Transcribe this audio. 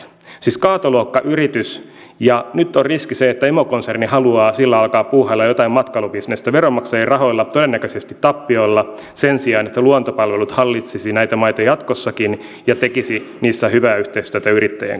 siis kaatoluokkayritys ja nyt on riski se että emokonserni haluaa sillä alkaa puuhailla jotain matkailubisnestä veronmaksajien rahoilla todennäköisesti tappiolla sen sijaan että luontopalvelut hallitsisi näitä maita jatkossakin ja tekisi niissä hyvää yhteistyötä yrittäjien kanssa